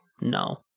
no